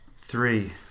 Three